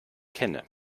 kenne